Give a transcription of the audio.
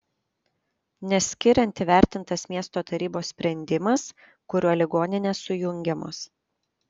nes skiriant įvertintas miesto tarybos sprendimas kuriuo ligoninės sujungiamos